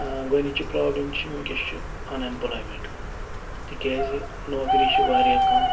گۄڈنِچی پرٛابلِم چھِ وٕنکٮ۪س چھِ اَن ایٮ۪مپٕلایمٮ۪نٛٹ تِکیٛازِ نوکری چھِ وارِیاہ کَم